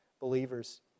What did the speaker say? believers